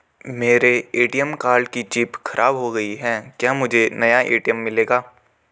मेरे ATM card की chip खराब हो गयी है क्या मुझे नया ए.टी.एम मिलेगा?